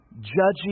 judging